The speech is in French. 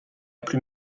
plus